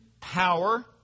power